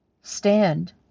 stand